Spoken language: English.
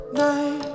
night